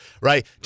right